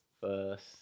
first